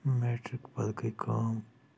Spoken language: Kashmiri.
میٹرک پتہٕ گٔیے کٲم